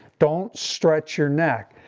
don't stretch your neck.